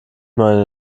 mal